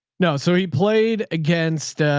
no. so he played against